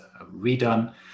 redone